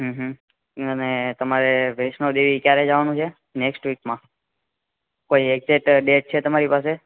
હમ હમ અને તમારે વઈસનો દેવી ક્યારે જવાનું છે નએક્સ વીકમાં કોઈ એકજેટ ડેટ છે તમારી પાસે